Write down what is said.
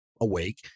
awake